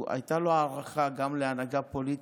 הייתה לו הערכה גם להנהגה פוליטית,